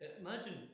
imagine